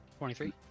23